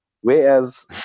Whereas